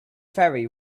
ferry